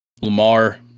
Lamar